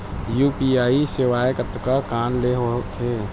UPI सेवाएं कतका कान ले हो थे?